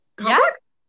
yes